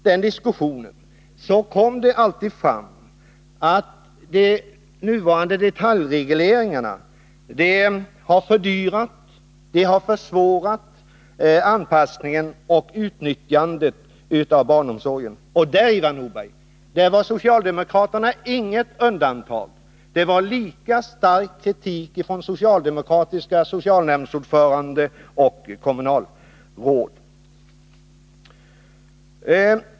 Vid dessa samtal kom det alltid fram att de nuvarande detaljregleringarna hade fördyrat och försvårat anpassningen och utnyttjandet av barnomsorgen. Därvidlag, Ivar Nordberg, utgjorde socialdemokraterna inget undantag. Kritiken var lika stark från socialdemokratiska socialnämndsordförande och kommunalråd som från andra.